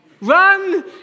Run